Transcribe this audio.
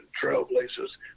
Trailblazers